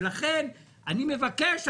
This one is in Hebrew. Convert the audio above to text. ולכן אני מבקש,